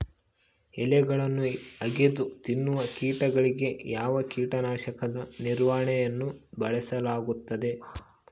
ಎಲೆಗಳನ್ನು ಅಗಿದು ತಿನ್ನುವ ಕೇಟಗಳಿಗೆ ಯಾವ ಕೇಟನಾಶಕದ ನಿರ್ವಹಣೆಯನ್ನು ಬಳಸಲಾಗುತ್ತದೆ?